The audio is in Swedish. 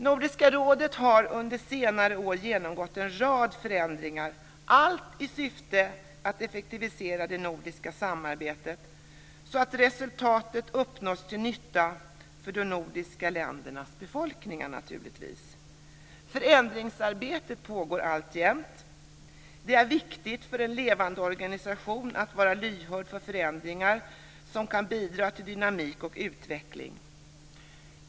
Nordiska rådet har under senare år genomgått en rad förändringar, allt i syfte att effektivisera det nordiska samarbetet så att resultat uppnås till nytta för de nordiska ländernas befolkningar. Förändringsarbetet pågår alltjämt. Det är viktigt för en levande organisation att vara lyhörd för förändringar som kan bidra till dynamik och utveckling.